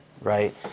right